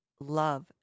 love